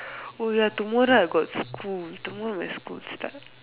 oh ya tomorrow I got school tomorrow my school start